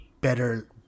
better